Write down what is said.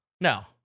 No